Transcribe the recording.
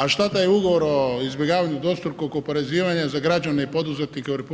A šta taj ugovor o izbjegavanju dvostrukog oporezivanja za građane i poduzetnike u RH